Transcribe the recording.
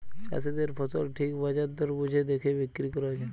চাষীদের ফসল ঠিক বাজার দর বুঝে দেখে বিক্রি কোরা উচিত